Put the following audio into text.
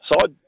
side